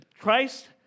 Christ